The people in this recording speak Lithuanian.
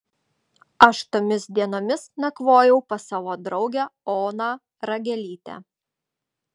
aš tomis dienomis nakvojau pas savo draugę oną ragelytę